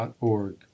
org